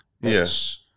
Yes